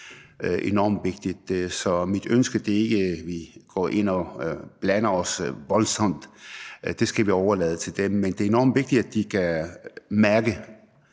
det er enormt vigtigt. Så mit ønske er ikke, at vi går ind og blander os voldsomt – det skal vi overlade til dem – men det er enormt vigtigt, at de kan mærke,